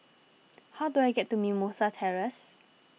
how do I get to Mimosa Terrace